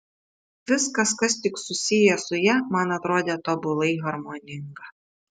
viskas kas tik susiję su ja man atrodė tobulai harmoninga